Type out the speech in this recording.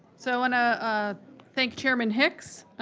so want to thank chairman hicks,